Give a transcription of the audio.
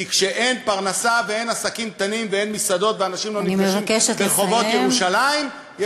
כי כשאין פרנסה ואין עסקים קטנים ואין מסעדות ברחובות ירושלים,